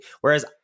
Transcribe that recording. whereas